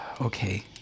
Okay